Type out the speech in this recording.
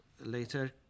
later